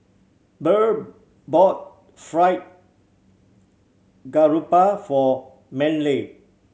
Burr bought Fried Garoupa for Manley